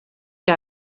que